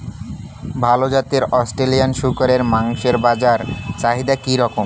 ভাল জাতের অস্ট্রেলিয়ান শূকরের মাংসের বাজার চাহিদা কি রকম?